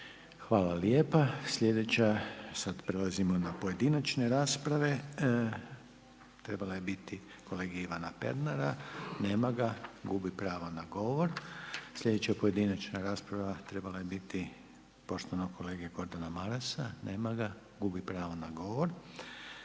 Hvala lijepa. Sljedeća, sada prelazimo na pojedinačne rasprave, trebala je biti kolege Ivana Pernara, nema ga. Gubi pravo na govor. Sljedeća pojedinačna rasprava trebala je biti poštovanog kolege Gordana Marasa, nema ga. Gubi pravo na govor.